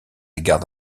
garde